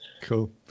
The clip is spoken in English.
cool